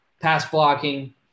pass-blocking